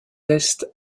test